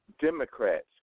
Democrats